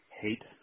hate